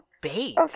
bait